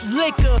liquor